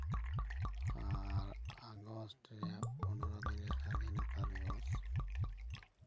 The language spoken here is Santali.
ᱟᱨ ᱟᱜᱚᱥᱴ ᱨᱮᱭᱟᱜ ᱯᱚᱱᱮᱨᱚ ᱫᱤᱱᱨᱮ ᱥᱟᱹᱫᱷᱤᱱᱚᱛᱟ ᱫᱤᱵᱚᱥ